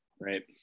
right